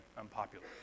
unpopular